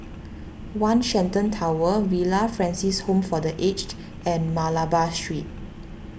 one Shenton Tower Villa Francis Home for the Aged and Malabar Street